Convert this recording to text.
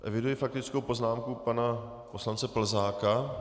Eviduji faktickou poznámku pana poslance Plzáka.